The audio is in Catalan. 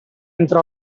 entre